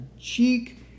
cheek